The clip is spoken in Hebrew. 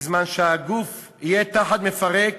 בזמן שהגוף יהיה תחת מפרק